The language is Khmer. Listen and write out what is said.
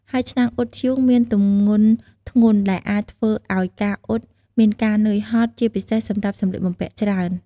ហើយឆ្នាំងអ៊ុតធ្យូងមានទម្ងន់ធ្ងន់ ដែលអាចធ្វើឲ្យការអ៊ុតមានការនឿយហត់ ជាពិសេសសម្រាប់សម្លៀកបំពាក់ច្រើន។